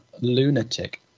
Lunatic